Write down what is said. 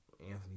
anthony